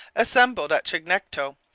assembled at chignecto,